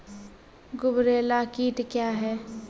गुबरैला कीट क्या हैं?